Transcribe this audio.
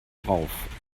drauf